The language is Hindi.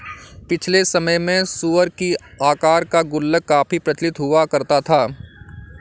पिछले समय में सूअर की आकार का गुल्लक काफी प्रचलित हुआ करता था